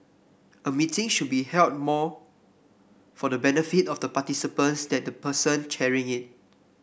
a meeting should be held more for the benefit of the participants than the person chairing it